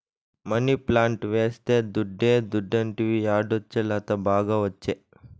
money plant వేస్తే దుడ్డే దుడ్డంటివి యాడొచ్చే లత, బాగా ఒచ్చే